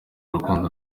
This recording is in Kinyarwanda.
rukundo